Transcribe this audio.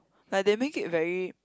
like they make it very